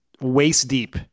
waist-deep